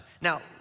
Now